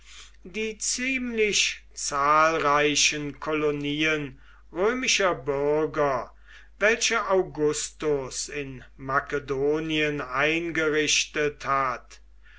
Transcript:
die ziemlich zahlreichen kolonien römischer bürger welche augustus in makedonien eingerichtet hat